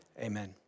amen